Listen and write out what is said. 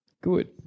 Good